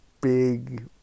big